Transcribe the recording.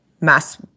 mass